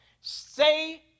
say